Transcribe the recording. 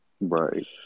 Right